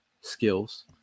skills